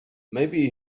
maybe